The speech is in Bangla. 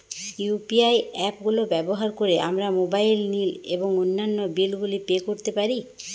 ইউ.পি.আই অ্যাপ গুলো ব্যবহার করে আমরা মোবাইল নিল এবং অন্যান্য বিল গুলি পে করতে পারি